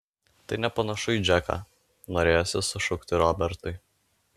tai nepanašu į džeką norėjosi sušukti robertui